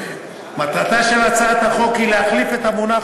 מטרתה של הצעת החוק היא להחליף את המונח